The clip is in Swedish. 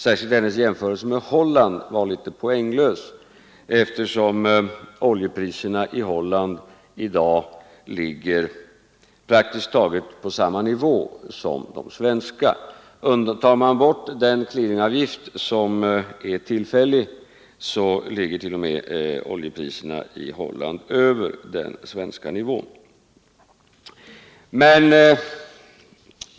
Särskilt hennes jämförelse med Holland var litet poänglös, eftersom oljepriserna i Holland i dag ligger praktiskt taget på samma nivå som de svenska. Räknar man bort den tillfälliga clearingavgiften, ligger oljepriserna i Holland t.o.m. över de svenska.